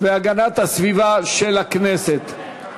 והגנת הסביבה נתקבלה.